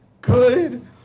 good